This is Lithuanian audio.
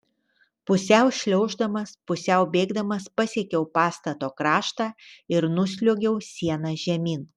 pusiau šliauždamas pusiau bėgdamas pasiekiau pastato kraštą ir nusliuogiau siena žemyn